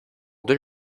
deux